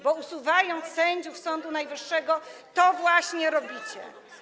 Bo usuwając sędziów Sądu Najwyższego, to właśnie robicie.